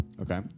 Okay